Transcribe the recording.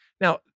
Now